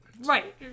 Right